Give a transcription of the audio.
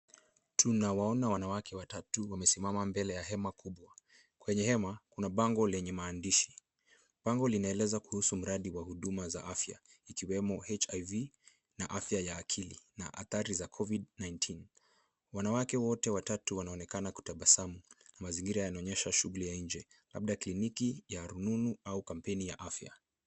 Tunawaona wanawake watatu wamesimama mbele ya hema kubwa. Kwenye hema, kuna bango lenye maandishi. Bango linaeleza kuhusu mradi wa huduma za afya ikiwemo HIV na afya ya akili. Na athari za COVID-19 . Wanawake wote watatu wanaonekana kutabasamu. Mazingira yanaonyesha shughli ya nje; labda kliniki ya rununu ama kampeni ya afya.